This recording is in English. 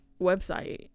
website